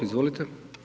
Izvolite.